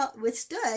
withstood